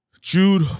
Jude